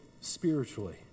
spiritually